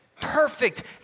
perfect